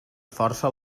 força